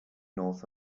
north